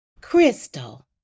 Crystal